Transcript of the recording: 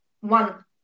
one